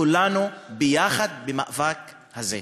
כולנו ביחד במאבק הזה.